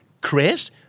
Chris